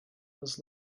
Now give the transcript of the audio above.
was